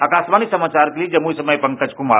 आकाशवाणी समाचार के लिए जमुई से मैं पंकज कुमार